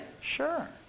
Sure